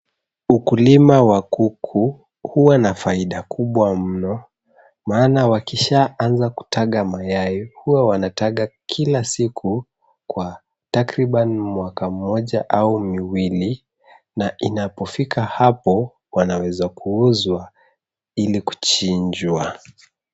Ukulima wa kuku huwa na faida kubwa mno. Maana wakishaanza kutaga mayai, huwa wanataga kila siku kwa takriban mwaka mmoja au miwili na inapofika hapo wanaweza kuuzwa ili kuchinjwa.